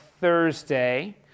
Thursday